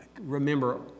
remember